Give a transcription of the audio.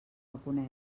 reconec